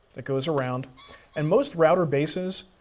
that goes around and most router bases,